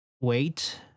wait